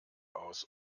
aus